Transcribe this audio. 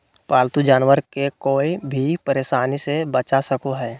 पालतू जानवर के कोय भी परेशानी से बचा सको हइ